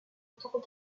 told